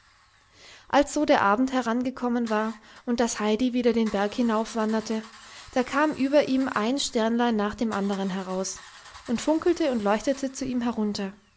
so der abend herangekommen war und das heidi wieder den berg hinaufwanderte da kam über ihm ein sternlein nach dem andern heraus und funkelte und leuchtete zu ihm herunter